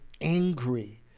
angry